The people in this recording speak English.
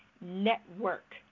network